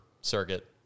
circuit